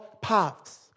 paths